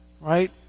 right